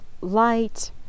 light